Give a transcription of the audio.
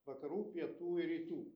vakarų pietų ir rytų